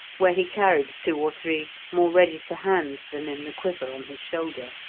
where he carried two or three more ready to hand than in the quiver on his shoulder.